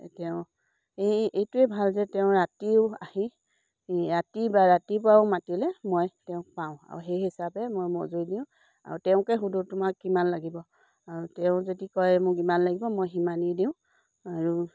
তেওঁ এই এইটোৱে ভাল যে তেওঁ ৰাতিও আহি ৰাতি বা ৰাতিপুৱাও মাতিলে মই তেওঁক পাওঁ আৰু সেই হিচাপে মই মজুৰি দিওঁ আৰু তেওঁকে সুধো তোমাক কিমান লাগিব আৰু তেওঁ যদি কয় মোক ইমান লাগিব মই সিমানেই দিওঁ আৰু